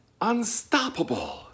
unstoppable